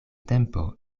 tempo